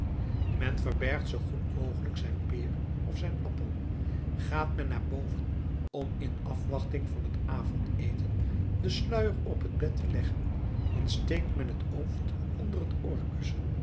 men verbergt zoo goed mogelijk zijn peer of zijn appel gaat men naar boven om in afwachting van het avondeten den sluier op het bed te leggen dan steekt men het ooft onder t